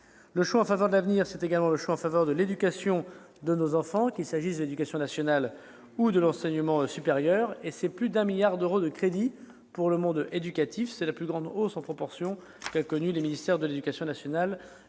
Le choix en faveur de l'avenir, c'est également le choix en faveur de l'éducation de nos enfants, qu'il s'agisse de l'éducation nationale ou de l'enseignement supérieur, avec plus d'un milliard d'euros de crédits pour le monde éducatif. Il s'agit de la plus grande hausse en proportion qu'ont connue les ministères de l'éducation nationale